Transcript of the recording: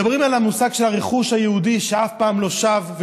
מדברים על המושג של הרכוש היהודי שאף פעם לא שב,